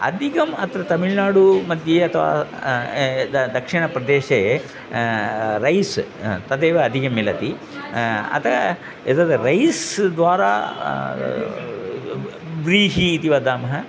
अधिकम् अत्र तमिल्नाडुमध्ये अथवा द दक्षिणप्रदेशे रैस् तदेव अधिकं मिलति अतः एतद् रैस् द्वारा व्रीहिः इति वदामः